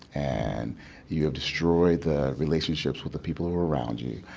and you've destroyed the relationships with the people around you,